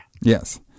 Yes